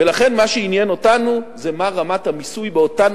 ולכן מה שעניין אותנו זה מה רמת המיסוי באותן